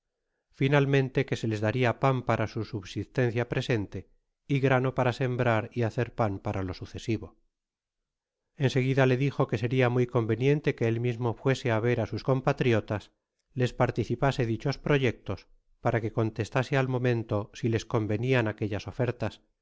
finalmente qae se les daria pan para su subsistencia presente y grano para sembrar y hacer pan para lo sucesivo en seguida ie dijo que seria muy conveniente que él mismo fuese á verá sus compatriotas les participase dichos provectos para qae contestase al momento si les convenian aquellas ofertas